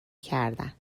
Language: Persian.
کردن